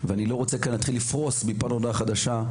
ובכלל הרשתות היום הן כ-180 אלף תלמידים בתוך המגזר החרדי.